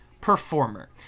performer